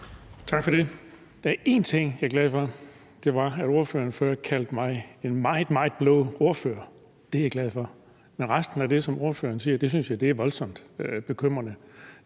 Tak for det. Der er én ting, jeg er glad for, nemlig at ordføreren kaldte mig for en meget, meget blå ordfører. Det er jeg glad for. Men resten af det, som ordføreren siger, synes jeg er voldsomt bekymrende.